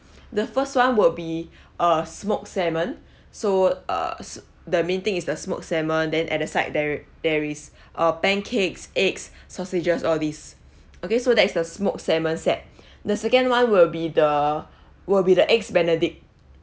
the first one will be uh smoked salmon so uh the main thing is the smoked salmon then at the side there there is uh pancakes eggs sausages all these okay so that is the smoked salmon set the second one will be the will be the eggs benedict